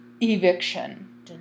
eviction